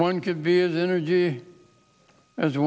one could be an energy as